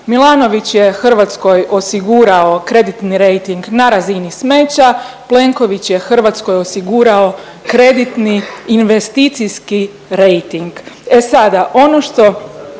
Milanović je Hrvatskoj osigurao kreditni rejting na razini smeća, Plenković je Hrvatskoj osigurao kreditni investicijski rejting. E sada ono što